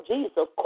Jesus